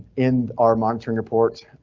in our monitoring report.